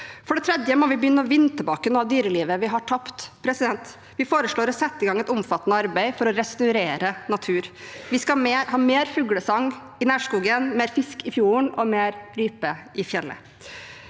For det tredje må vi begynne å vinne tilbake noe av dyrelivet som er tapt. Vi foreslår å sette i gang et omfattende arbeid for å restaurere natur. Vi skal ha mer fuglesang i nærskogen, mer fisk i fjorden og mer rype i fjellet.